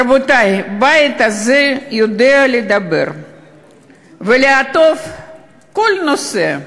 רבותי, בעת הזאת יודעים לדבר ולעטוף כל נושא,